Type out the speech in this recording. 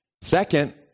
Second